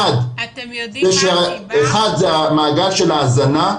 אחד זה המעגל של ההזנה,